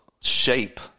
shape